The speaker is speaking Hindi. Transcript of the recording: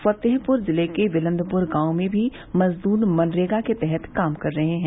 फतेहपुर जिले के बिलन्दपुर गांव में भी मजदूर मनरेगा के तहत काम कर रहे है